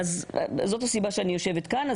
זאת הסיבה שאני יושבת כאן.